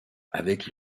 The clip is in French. avec